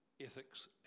ethics